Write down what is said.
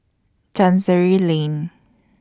Chancery Lane